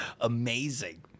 Amazing